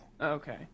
Okay